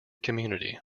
community